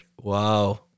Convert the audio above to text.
Wow